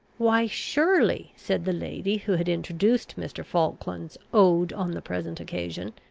why, surely, said the lady who had introduced mr. falkland's ode on the present occasion,